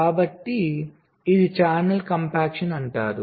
కాబట్టి ఇది ఛానల్కాంపాక్షన్ అంటారు